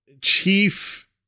chief